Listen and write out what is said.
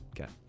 Okay